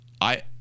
I-